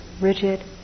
rigid